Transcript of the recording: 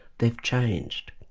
they've changed.